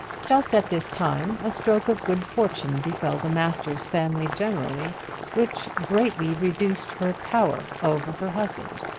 just at this time a stroke of good fortune befell the masters family generally which greatly reduced her power over her husband.